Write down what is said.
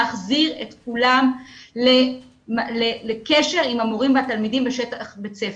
להחזיר את כולם לקשר עם המורים והתלמידים בשטח בית הספר.